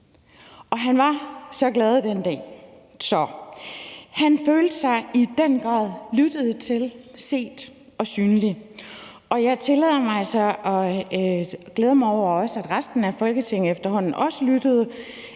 Han var så glad den dag. Han følte sig i den grad lyttet til, set og synlig, og jeg tillader mig altså at glæde mig over, at resten af Folketinget efterhånden også lyttede.